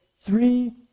three